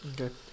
Okay